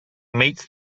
meets